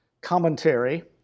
commentary